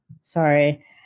Sorry